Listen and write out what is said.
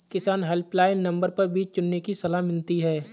किसान helpline number पर बीज चुनने की सलाह मिलती है